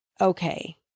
Okay